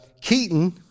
Keaton